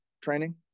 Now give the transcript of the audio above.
training